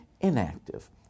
inactive